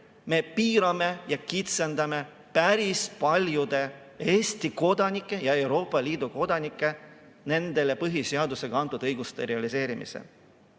me piirame ja kitsendame päris paljudel Eesti kodanikel ja Euroopa Liidu kodanikel neile põhiseadusega antud õiguste realiseerimist.